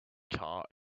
tart